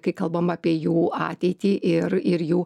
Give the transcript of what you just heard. kai kalbam apie jų ateitį ir ir jų